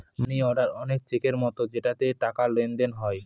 মানি order অনেক চেকের মতো যেটাতে টাকার লেনদেন হয়